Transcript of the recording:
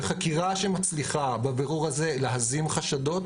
חקירה שמצליחה בבירור הזה להזים חשדות,